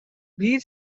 биир